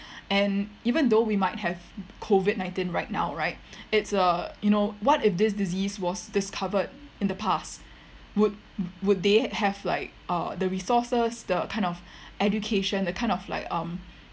and even though we might have COVID nineteen right now right it's uh you know what if this disease was discovered in the past would would they have like uh the resources the kind of education the kind of like um